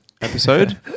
episode